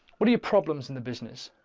what are your problems in the business?